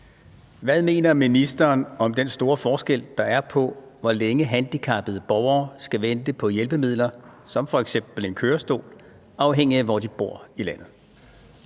Hvad mener ministeren om den store forskel, der er på, hvor længe handicappede borgere skal vente på hjælpemidler som f.eks. en kørestol, afhængigt af hvor de bor i landet?